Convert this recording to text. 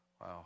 Wow